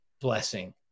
blessing